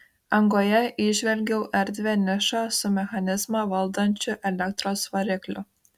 angoje įžvelgiau erdvią nišą su mechanizmą valdančiu elektros varikliu